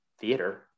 theater